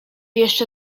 jeszcze